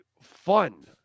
fun